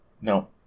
No